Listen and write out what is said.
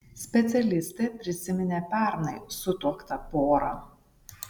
specialistė prisiminė pernai sutuoktą porą